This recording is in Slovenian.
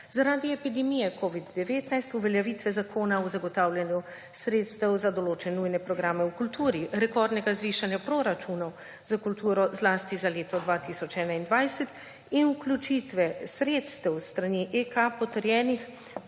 Zaradi epidemije covida-19 uveljavitve Zakona o zagotavljanju sredstev za določene nujne programe v kulturi, rekordnega zvišanja proračunov za kulturo, zlasti za leto 2021 in vključitve sredstev s strani ECA potrjenih